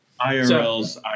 IRLs